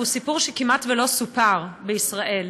והוא סיפור שכמעט לא סופר בישראל.